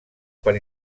per